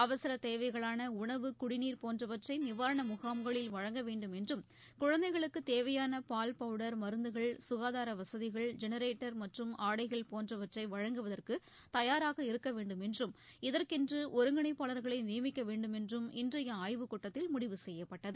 அவசர தேவைகளான உணவு குடிநீர் போன்றவற்றை நிவாரண முகாம்களில் வழங்க வேண்டும் என்றும் குழந்தைகளுக்கு தேவையான பாவ்பவுடர் மருந்துகள் சுகாதா வசதிகள் ஜெனரேட்டர் மற்றும் ஆடைகள் போன்றவற்றை வழங்குவதற்கு தபாராக இருக்க வேண்டும் என்றும் இதற்கென்று ஒருங்கிணைப்பாளர்களை நியமிக்க வேண்டும் என்றும் இன்றைய ஆய்வுக்கூட்டத்தில் முடிவு செய்யப்பட்டது